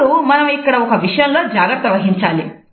ఇప్పుడు మనం ఇక్కడ ఒక విషయంలో జాగ్రత్త వహించాలి